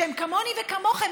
שהם כמוני וכמוכם,